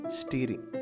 steering